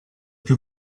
più